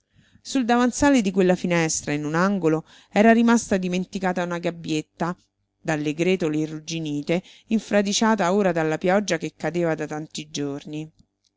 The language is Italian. sul davanzale di quella finestra in un angolo era rimasta dimenticata una gabbietta dalle gretole irrugginite infradiciata ora dalla pioggia che cadeva da tanti giorni